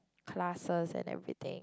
classes and everything